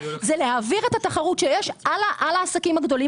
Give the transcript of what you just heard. היא להעביר את התחרות שיש על העסקים הגדולים,